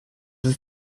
ist